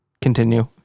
Continue